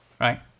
right